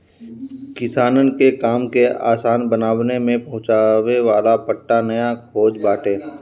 किसानन के काम के आसान बनावे में पहुंचावे वाला पट्टा नया खोज बाटे